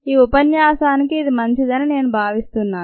ఈ ఉపన్యాసానికి ఇది మంచిదని నేను భావిస్తున్నాను